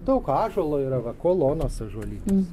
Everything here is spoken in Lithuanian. daug ąžuolo yra va kolonos ąžuolynės